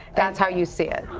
that's how you see it.